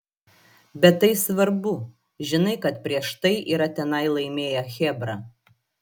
bet tai svarbu žinai kad prieš tai yra tenai laimėję chebra